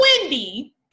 Wendy